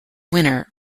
winner